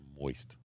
Moist